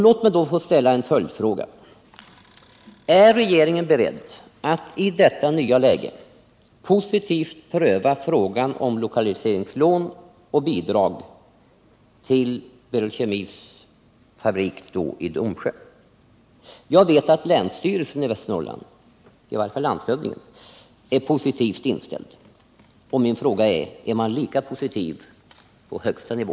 Låt mig då få ställa en följdfråga: Är regeringen beredd att i detta nya läge positivt pröva frågan om lokaliseringslån och bidrag till Berol Kemis fabrik i Domsjö? Jag vet att länsstyrelsen i Västernorrlands län, i varje fall landshövdingen, är positivt inställd. Är man lika positiv på regeringsnivå?